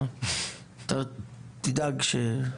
תדאג לזה.